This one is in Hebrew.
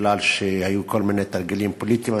כי היו כל מיני תרגילים פוליטיים.